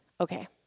okay